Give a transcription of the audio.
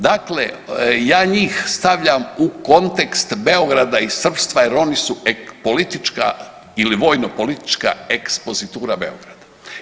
Dakle ja njih stavljam u kontekst Beograda i srpstva jer oni su politička ili vojnopolitička ekspozitura Beograda.